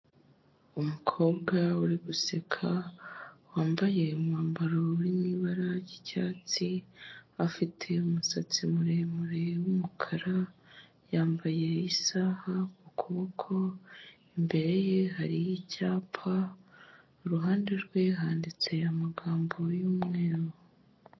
Umukobwa uri guseka wambaye umwambaro uri mu ibara ry'icyatsi, afite umusatsi muremure w'umukara, yambaye isaha ku kuboko imbere ye hari icyapa, iruhande rwe handitse amagambo y'umweru.